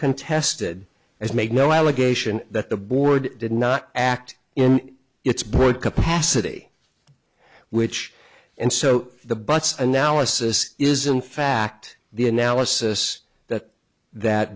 contested as make no allegation that the board did not act in its broad capacity which and so the but analysis is in fact the analysis that that